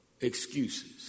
excuses